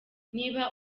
niba